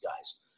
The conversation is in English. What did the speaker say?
guys